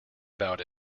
about